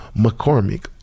mccormick